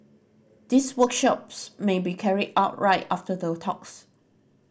these workshops may be carried out right after the talks